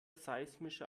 seismischer